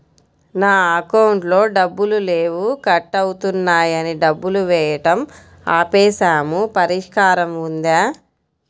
నా అకౌంట్లో డబ్బులు లేవు కట్ అవుతున్నాయని డబ్బులు వేయటం ఆపేసాము పరిష్కారం ఉందా?